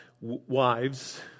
wives